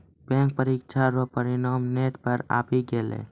bank परीक्षा रो परिणाम नेट पर आवी गेलै